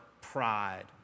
pride